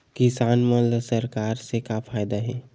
किसान मन ला सरकार से का फ़ायदा हे?